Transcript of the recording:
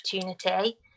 opportunity